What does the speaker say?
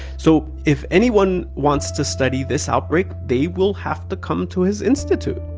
so if anyone wants to study this outbreak, they will have to come to his institute